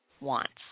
wants